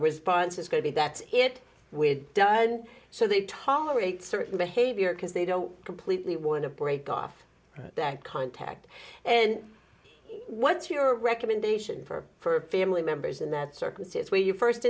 response is going to be that it does and so they tolerate certain behavior because they don't completely want to break off that contact and what's your recommendation for for family members in that circumstance where your